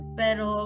pero